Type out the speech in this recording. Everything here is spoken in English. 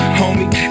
homie